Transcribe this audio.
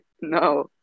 No